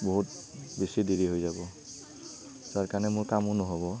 বহুত বেছি দেৰি হৈ যাব তাৰকাৰণে মোৰ কামো ন'হব